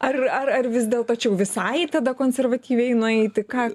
ar ar ar vis dėlto čia jau visai tada konservatyviai nueiti ką